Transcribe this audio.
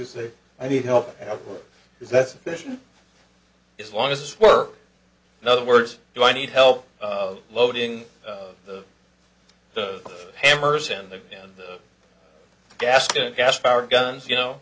do say i need help is that sufficient as long as this work in other words do i need help loading the the hammers and the and the gas to gas powered guns you know